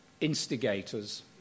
instigators